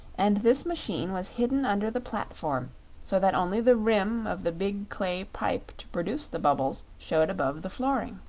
and this machine was hidden under the platform so that only the rim of the big clay pipe to produce the bubbles showed above the flooring.